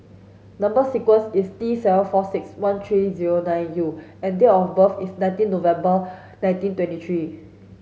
number sequence is T seven four six one three zero nine U and date of birth is nineteen November nineteen twenty three